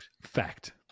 Fact